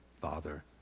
Father